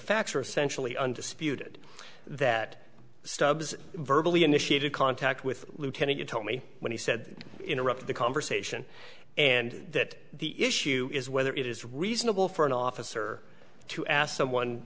facts are essentially undisputed that stubbs virtually initiated contact with lieutenant you told me when he said interrupt the conversation and that the issue is whether it is reasonable for an officer to ask someone